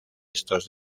estos